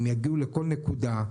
אם יגיעו לכל נקודה,